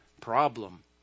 problem